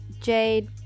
Jade